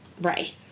Right